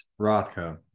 Rothko